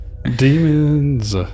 Demons